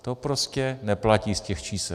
To prostě neplatí z těch čísel.